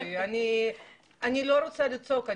אני לא רוצה לצעוק,